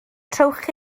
trowch